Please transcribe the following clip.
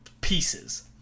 pieces